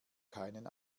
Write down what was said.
keinen